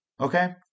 Okay